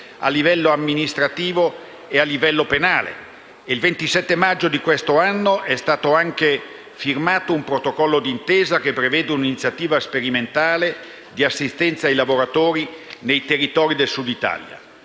a livello amministrativo e penale. Il 27 maggio di quest'anno è stato anche firmato un protocollo d'intesa che prevede una iniziativa sperimentale di assistenza ai lavoratori nei territori del Sud d'Italia.